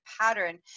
pattern